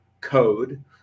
code